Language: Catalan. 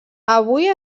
avui